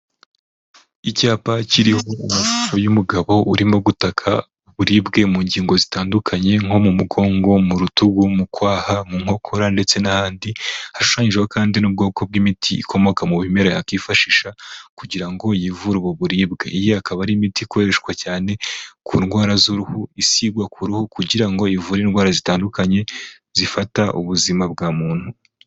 Icyapa kiriho uyu mugabo urimo gutaka uburibwe mu ngingo zitandukanye nko mu mugongo, mu rutugu, mu kwaha, mu nkokora ndetse n'ahandi. Hashushanyijeho kandi n'ubwoko bw'imiti ikomoka mu bimera yakifashisha kugira ngo yivure ubwo buribwe. Iyi akaba ari imiti ikoreshwa cyane ku ndwara z'uruhu, isigwa ku ruhu kugira ngo ivure indwara zitandukanye zifata ubuzima bwa muntu.